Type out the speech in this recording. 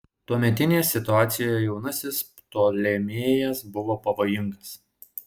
tuometinėje situacijoje jaunasis ptolemėjas buvo pavojingas